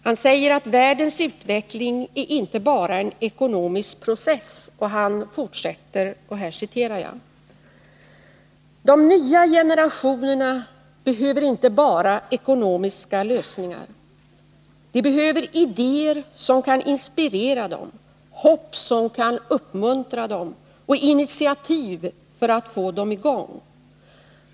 Han säger att världens utveckling inte bara är en ekonomisk process, och han fortsätter: ”De nya generationerna behöver inte bara ekonomiska lösningar, de behöver idéer som kan inspirera dem, hopp som kan uppmuntra dem och initiativ för att få dem i gång.